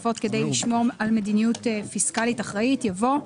נוספות כדי לשמור על מדיניות פיסקלית אחראית" יבוא: